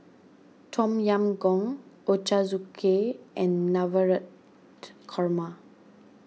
Tom Yam Goong Ochazuke and Navratan Korma